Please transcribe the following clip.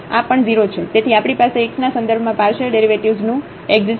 તેથી આપણી પાસે x ના સંદર્ભમાં પાર્શિયલ ડેરિવેટિવ્ઝ નું એકઝીસ્ટન્સ છે